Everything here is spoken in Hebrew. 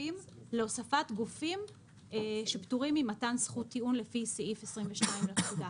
הכספים להוספת גופים שפטורים ממתן זכות טיעון לפי סעיף 22 לפקודה.